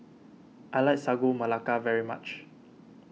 I like Sagu Melaka very much